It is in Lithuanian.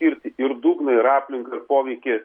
ir ir dugną ir aplinką ir poveikį